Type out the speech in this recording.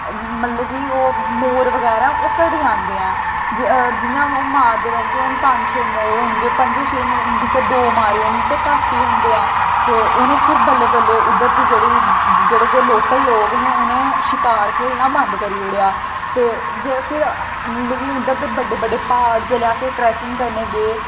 मतलब की ओह् मोर बगैरा ओह् घटी जंदे ऐ जि'यां ओह् चार पंज मोर होगे ते ओह् मारदे रौहगे ते पंज छे चा दो मारी होङन ते उ'नें फिर बल्लें बल्लें जेल्लै जेह्ड़े इद्धर दे लोकल लोग हे उ'नें शिकार खेढना बंद करी ओड़ेआ ते जेल्लै फिर के'' उंदे ते बड्डे बड्डे जेल्लै अस ट्रैकिंग करने गी गे